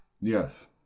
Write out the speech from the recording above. yes